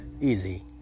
easy